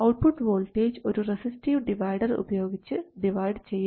output voltage ഒരു resistive divider ഉപയോഗിച്ച് divide ചെയ്യാം